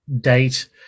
date